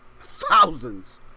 thousands